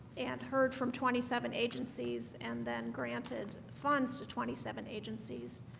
and heard from twenty seven agencies and then granted funds to twenty seven agencies